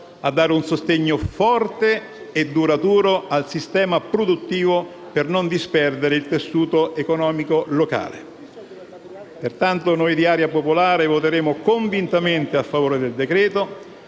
a dare un sostegno forte e duraturo al sistema produttivo per non disperdere il tessuto economico locale. Pertanto noi di Area Popolare voteremo convintamente a favore del decreto-legge,